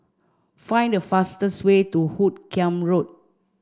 find the fastest way to Hoot Kiam Road